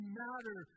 matter